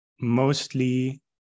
mostly